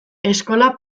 eskola